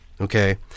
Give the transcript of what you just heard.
okay